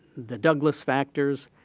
the douglas factors,